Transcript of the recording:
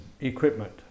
equipment